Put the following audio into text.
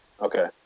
Okay